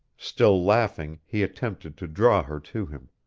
still laughing, he attempted to draw her to him.